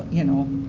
you know,